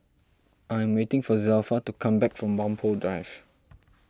I'm waiting for Zelpha to come back from Whampoa Drive